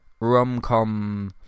rom-com